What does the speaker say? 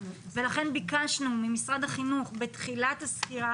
ולכן ביקשנו ממשרד החינוך בתחילת הסקירה